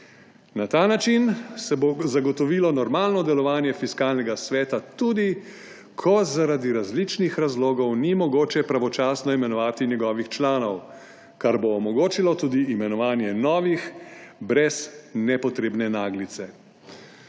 Na ta način se bo zagotovilo normalno delovanje Fiskalnega sveta tudi ko zaradi različnih razlogov ni mogoče pravočasno imenovati njegovih članov, kar bo omogočilo tudi imenovanje novih brez nepotrebne naglice.